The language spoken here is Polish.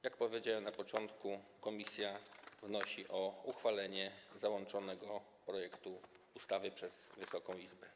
Jak powiedziałem na początku, komisja wnosi o uchwalenie załączonego projektu ustawy przez Wysoką Izbę.